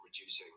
reducing